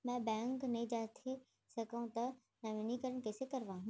मैं ह बैंक नई जाथे सकंव त नवीनीकरण कइसे करवाहू?